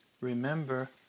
remember